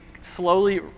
slowly